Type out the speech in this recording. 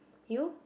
you